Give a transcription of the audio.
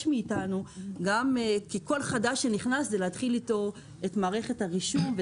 מאיתנו להתחיל עם כל חדש את מערכת הרישום,